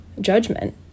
judgment